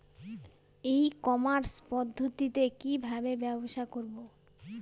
ই commerce পদ্ধতিতে কি ভাবে ব্যবসা করব?